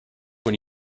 when